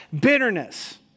bitterness